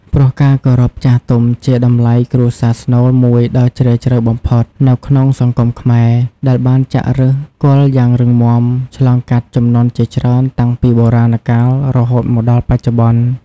ព្រោះការគោរពចាស់ទុំជាតម្លៃគ្រួសារស្នូលមួយដ៏ជ្រាលជ្រៅបំផុតនៅក្នុងសង្គមខ្មែរ ដែលបានចាក់ឫសគល់យ៉ាងរឹងមាំឆ្លងកាត់ជំនាន់ជាច្រើនតាំងពីបុរាណកាលរហូតមកដល់បច្ចុប្បន្ន។